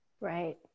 Right